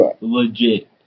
Legit